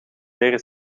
leren